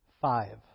Five